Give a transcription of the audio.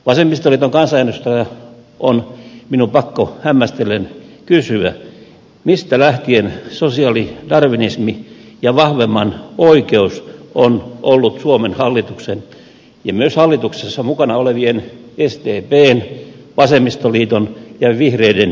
vasemmistoliiton kansanedustajana on minun pakko hämmästellen kysyä mistä lähtien sosiaalidarwinismi ja vahvemman oikeus on ollut suomen hallituksen ja myös hallituksessa mukana olevien sdpn vasemmistoliiton ja vihreiden linja